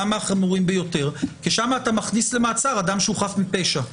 למה החמורים ביותר כי שם אתה מכניס למעצר אדם חף מפשע.